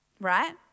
right